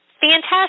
fantastic